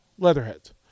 Leatherheads